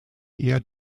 eher